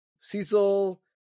Cecil